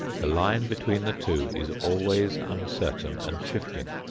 the line between the two is always uncertain and shifting.